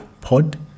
pod